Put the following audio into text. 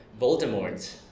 Voldemort